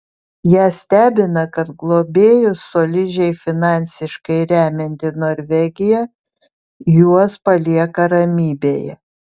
ją stebina kad globėjus solidžiai finansiškai remianti norvegija juos palieka ramybėje